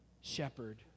shepherd